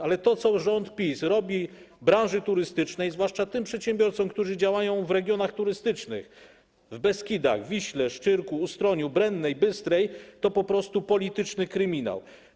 A to, co rząd PiS robi w branży turystycznej, zwłaszcza tym przedsiębiorcom, którzy działają w regionach turystycznych: w Beskidach, Wiśle, Szczyrku, Ustroniu, Brennej, Bystrej, to po prostu polityczny kryminał.